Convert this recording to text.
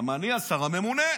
כי אני השר הממונה.